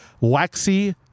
waxy